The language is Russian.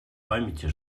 памяти